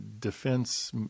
Defense